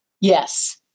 Yes